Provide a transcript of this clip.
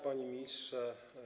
Panie Ministrze!